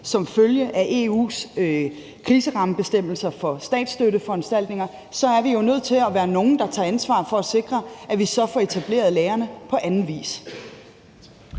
som følge af EU's kriserammebestemmelser for statsstøtteforanstaltninger, er vi jo nødt til at være nogen, der tager ansvar for at sikre, at vi så får etableret lagrene på anden vis.